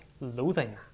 loathing